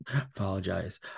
apologize